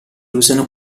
usano